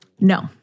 no